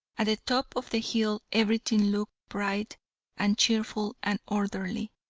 at the top of the hill everything looked bright and cheerful and orderly,